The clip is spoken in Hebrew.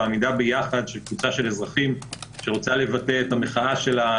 והעמידה יחד של קבוצה של אזרחים שרוצה לבטא את המחאה שלה,